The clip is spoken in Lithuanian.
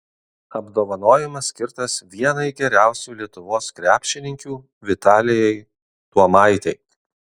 apdovanojimas skirtas vienai geriausių lietuvos krepšininkių vitalijai tuomaitei